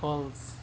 false